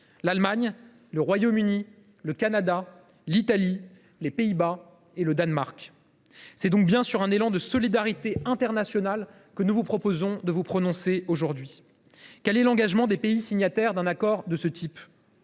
l’Allemagne, le Royaume Uni, le Canada, l’Italie, les Pays Bas et le Danemark. C’est donc bien sur un élan de solidarité internationale que nous vous demandons de vous prononcer, mesdames, messieurs les sénateurs. Quel est l’engagement des pays signataires d’un accord de ce type ?